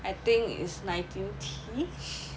I think is nineteen tea